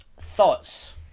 Thoughts